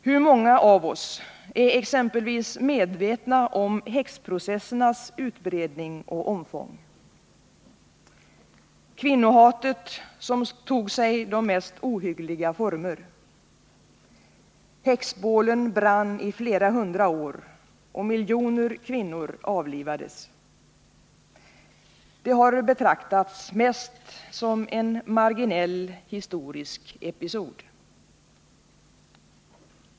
Hur många av oss är exempelvis medvetna om häxprocessernas utbredning och omfång — kvinnohatet som tog sig de mest ohyggliga former? Häxbålen brann i flera hundra år och miljoner kvinnor avlivades. Det har betraktats mest som en marginell historisk episod.